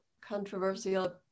controversial